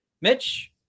mitch